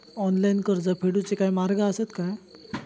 Online कर्ज फेडूचे काय मार्ग आसत काय?